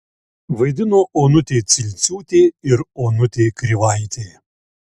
vaidino onutė cilciūtė ir onutė krivaitė